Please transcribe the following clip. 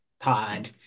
pod